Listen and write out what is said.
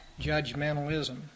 judgmentalism